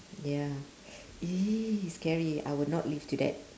ya !ee! scary I would not live to that